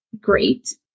Great